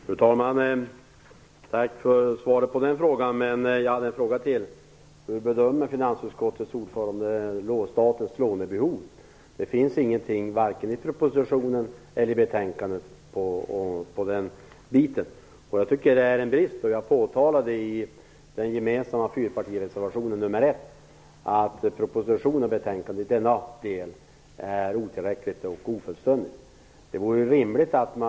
Fru talman! Tack för svaret på den frågan. Men jag hade en fråga till. Hur bedömer finansutskottets ordförande statens lånebehov? Det står ingenting vare sig i propositionen eller i betänkandet om den saken. Jag tycker att det är en brist, och jag påtalar i den gemensamma fyrpartireservationen nr 1 att propositionen och betänkandet i denna del är otillräckliga och ofullständiga.